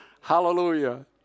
Hallelujah